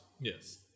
yes